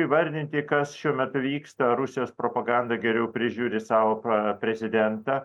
įvardinti kas šiuo metu vyksta rusijos propaganda geriau prižiūri savo pra prezidentą